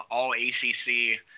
All-ACC